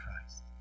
Christ